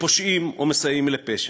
כפושעים או מסייעים לפשע.